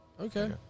okay